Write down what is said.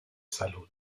salud